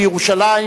לירושלים,